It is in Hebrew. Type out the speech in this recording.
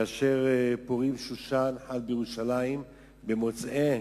כאשר פורים שושן חל בירושלים במוצאי